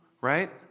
Right